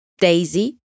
Daisy